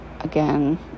again